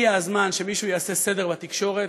שהגיע הזמן שמישהו יעשה סדר בתקשורת,